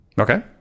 Okay